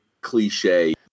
cliche